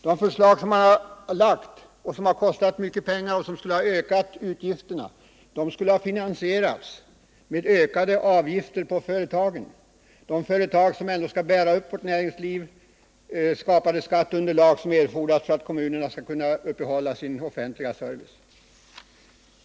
De förslag som man har lagt, och som skulle ha kostat mycket pengar, skulle ha finansierats med ökade avgifter på företagen, de företag som skall bära upp vårt näringsliv och skapa det skatteunderlag som erfordras för att kommunerna skall kunna uppehålla sin offentliga service.